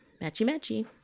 matchy-matchy